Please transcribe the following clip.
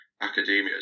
academia